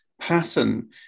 pattern